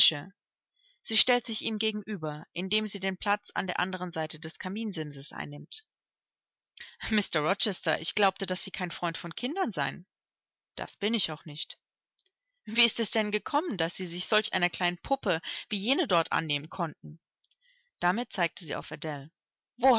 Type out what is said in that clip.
sie stellt sich ihm gegenüber indem sie den platz an der andern seite des kaminsimses einnimmt mr rochester ich glaubte daß sie kein freund von kindern seien das bin ich auch nicht wie ist es denn gekommen daß sie sich solch einer kleinen puppe wie jene dort annehmen konnten damit zeigte sie auf